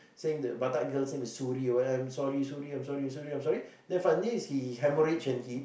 saying the batak girl's name is Suri oh I am sorry Suri I am sorry I am sorry I am sorry then finally he hemorrhage and then he